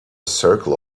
circle